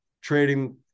trading